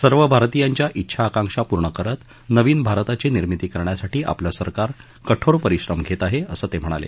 सर्व भारतीयांच्या िछा आकांक्षा पूर्ण करत नवीन भारताची निर्मिती करण्यासाठी आपलं सरकार कठोर परिश्रम घेत आहे असं ते म्हणाले